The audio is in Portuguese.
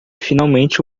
finalmente